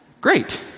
Great